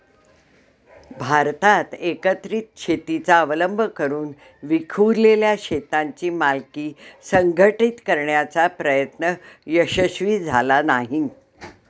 भारतात एकत्रित शेतीचा अवलंब करून विखुरलेल्या शेतांची मालकी संघटित करण्याचा प्रयत्न यशस्वी झाला नाही